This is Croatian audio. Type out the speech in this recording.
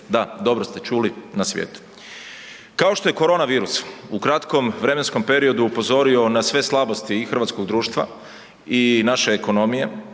Da, dobro ste čuli, na svijetu. Kao što je korona virus u kratkom vremenskom periodu upozorio na sve slabosti i hrvatskog društva i naše ekonomije,